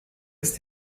ist